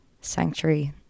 sanctuary